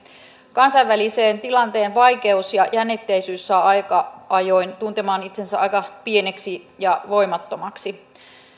kansainvälisen tilanteen vaikeus ja jännitteisyys saa aika ajoin tuntemaan itsensä aika pieneksi ja voimattomaksi